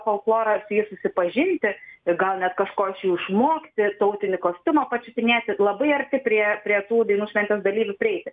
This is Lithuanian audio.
folklorą susipažinti gal net kažko išmokti tautinį kostiumą pačiupinėti labai arti prie prie tų dainų šventės dalyvių prieiti